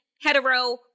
hetero